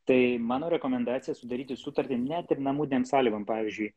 tai mano rekomendacija sudaryti sutartį net ir namudinėm sąlygom pavyzdžiui